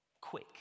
quick